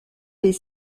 les